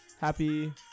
Happy